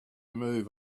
move